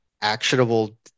actionable